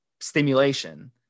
stimulation